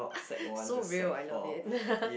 so real I love it